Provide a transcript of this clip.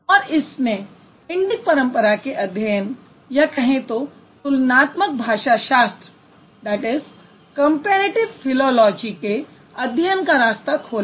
और इसने इंडिक परंपरा के अध्ययन या कहें तो तुलनात्मक भाषा शास्त्र के अध्ययन का रास्ता खोला